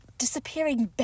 disappearing